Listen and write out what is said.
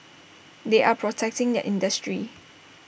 they are protecting their industry